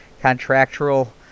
contractual